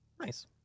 Nice